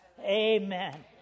Amen